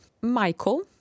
Michael